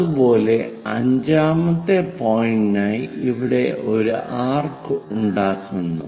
അതുപോലെ അഞ്ചാമത്തെ പോയിന്റ്റിനായി ഇവിടെ ഒരു ആർക്ക് ഉണ്ടാക്കുന്നു